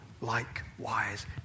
likewise